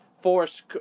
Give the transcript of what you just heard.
force